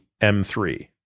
M3